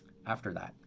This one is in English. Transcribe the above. after that.